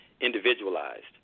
individualized